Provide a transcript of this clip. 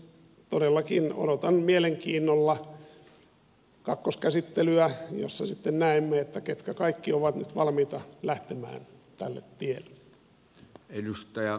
todellakin odotan mielenkiinnolla kakkoskäsittelyä jossa sitten näemme ketkä kaikki ovat nyt valmiita lähtemään tälle tielle